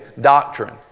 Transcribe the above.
doctrine